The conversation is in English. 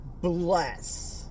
bless